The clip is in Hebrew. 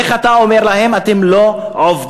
איך אתה אומר להם: אתם לא עובדים?